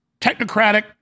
technocratic